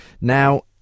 Now